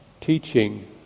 teaching